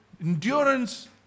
endurance